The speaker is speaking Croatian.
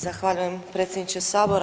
Zahvaljujem predsjedniče Sabora.